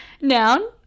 noun